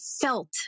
felt